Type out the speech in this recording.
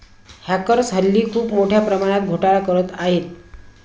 hackers हल्ली खूप मोठ्या प्रमाणात घोटाळा करत आहेत